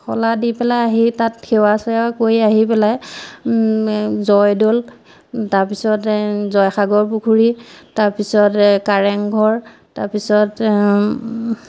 শলা দি পেলাই আহি তাত সেৱা চেৱা কৰি আহি পেলাই জয়দৌল তাৰপিছতে জয়সাগৰ পুখুৰী তাৰপিছতে কাৰেংঘৰ তাৰপিছত